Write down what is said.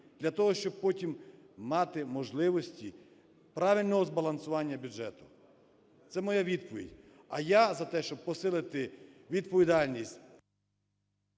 для того щоб потім мати можливості правильного збалансування бюджету. Це моя відповідь. А я за те, щоб посилити відповідальність…